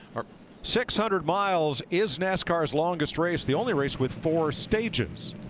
six hundred miles is nascar's longest race, the only race with four stages.